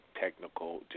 technical